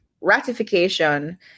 ratification